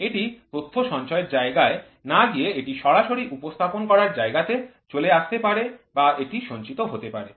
এটি তথ্য সঞ্চয়ের জায়গায় না গিয়ে এটি সরাসরি উপস্থাপন করার জায়গা তে চলে আসতে পারে বা এটি সঞ্চিত হতে পারে